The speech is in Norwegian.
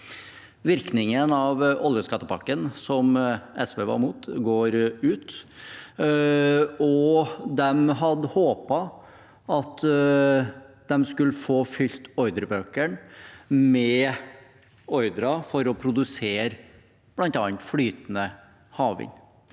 Virkningen av oljeskattepakken, som SV var imot, går ut, og de hadde håpet at de skulle få fylt ordrebøkene med ordrer for å produsere bl.a. flytende havvind.